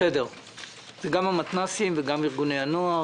זה גם המתנסים וגם ארגוני הנוער.